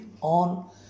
on